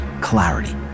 clarity